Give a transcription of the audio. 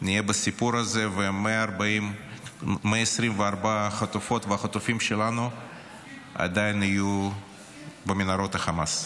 נהיה בסיפור הזה ו-124 חטופות וחטופים שלנו עדיין יהיו במנהרות החמאס.